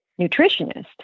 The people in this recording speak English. nutritionist